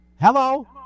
Hello